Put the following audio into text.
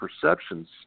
perceptions